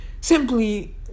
simply